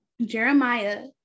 Jeremiah